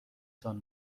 تان